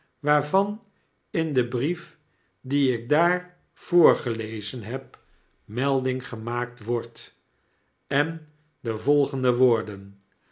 waarvan in den brief dien ik daar voorgelezen heb melding gemaakt wbrdt en de volgende woorden